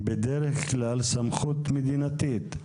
בדרך כלל סמכות מדינתית.